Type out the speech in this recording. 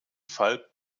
fall